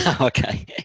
Okay